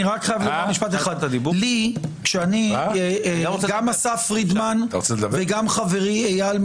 אני רק חייב לומר משפט אחד: גם אסף פרידמן וגם חברי איל,